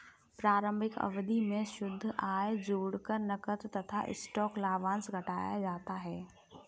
प्रारंभिक अवधि में शुद्ध आय जोड़कर नकद तथा स्टॉक लाभांश घटाया जाता है